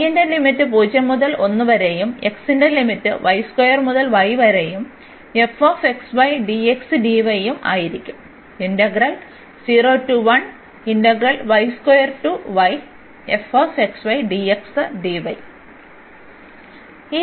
y ന്റെ limit 0 മുതൽ 1 വരെയും x ന്റെ ലിമിറ്റ് മുതൽ y വരെയും ഉം ആയിരിക്കും